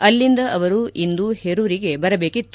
ಅಲ್ಲಿಂದ ಅವರು ಇಂದು ಹೆರೂರಿಗೆ ಬರಬೇಕಿತ್ತು